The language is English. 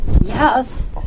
yes